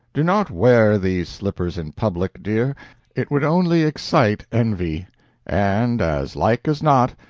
do not wear these slippers in public, dear it would only excite envy and, as like as not,